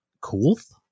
Coolth